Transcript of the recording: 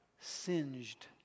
singed